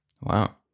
Wow